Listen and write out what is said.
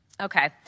Okay